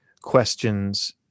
questions